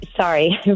sorry